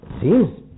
seems